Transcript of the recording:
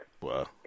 Wow